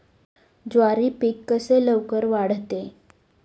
ज्वारी पीक कसे लवकर वाढते?